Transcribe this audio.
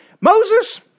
Moses